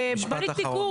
בניתי קורס